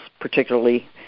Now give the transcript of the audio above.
particularly